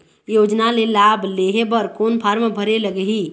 योजना के लाभ लेहे बर कोन फार्म भरे लगही?